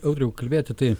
audriau kalbėti tai